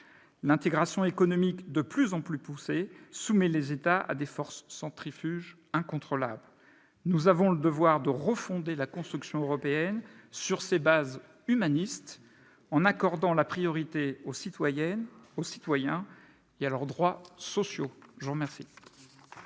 L'intégration économique, de plus en plus poussée, soumet les États à des forces centrifuges incontrôlables. Nous avons le devoir de refonder la construction européenne sur ses bases humanistes, en accordant la priorité aux citoyennes, aux citoyens et à leurs droits sociaux.